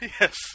Yes